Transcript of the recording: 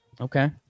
Okay